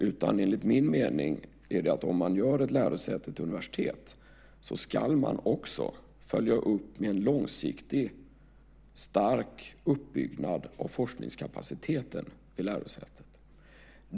Om ett lärosäte görs till universitet ska man också, enligt min mening, följa upp med en långsiktig stark uppbyggnad av forskningskapaciteten på lärosätet.